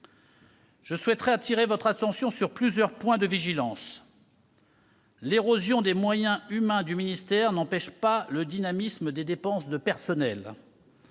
Je souhaiterais appeler votre attention sur plusieurs points de vigilance. Premièrement, l'érosion des moyens humains du ministère n'empêche pas le dynamisme des dépenses de personnel.